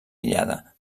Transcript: aïllada